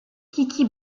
kiki